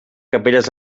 capelles